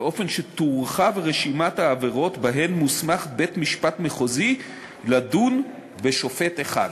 באופן שתורחב רשימת העבירות שבהן מוסמך בית-משפט מחוזי לדון בשופט אחד,